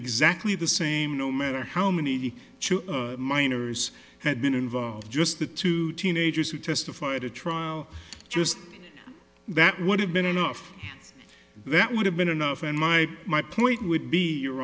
exactly the same no matter how many minors had been involved just the two teenagers who testified at trial just that would have been enough that would have been enough and my my point would be your